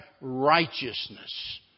righteousness